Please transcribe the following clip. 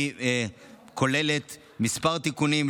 כוללת כמה תיקונים,